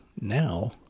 now